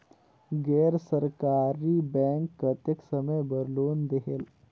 गैर सरकारी बैंक कतेक समय बर लोन देहेल?